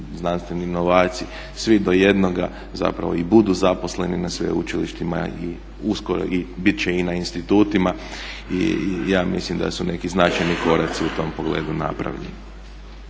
znanstveni novaci svi do jednoga zapravo i budu zaposleni na sveučilištima i uskoro i biti će i na institutima i ja mislim da su neki značajni koraci u tom pogledu napravljeni.